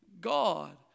God